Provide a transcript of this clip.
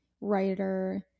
writer